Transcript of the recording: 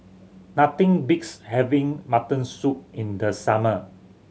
nothing beats having mutton soup in the summer